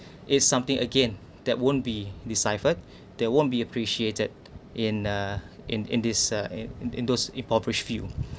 is something again that won't be deciphered they won't be appreciated in uh in in this uh in in those impoverish view